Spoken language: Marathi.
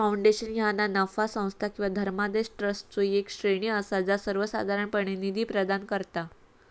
फाउंडेशन ह्या ना नफा संस्था किंवा धर्मादाय ट्रस्टचो येक श्रेणी असा जा सर्वोसाधारणपणे निधी प्रदान करता